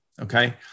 Okay